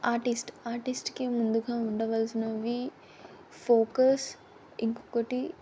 artist ఆర్టిస్ట్కి ముందుగా ఉండవలసినవి ఫోకస్ ఇంకొకటి